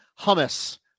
hummus